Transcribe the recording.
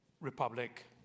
Republic